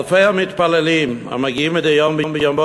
אלפי המתפללים המגיעים מדי יום ביומו